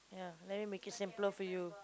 ya let me make it simpler for you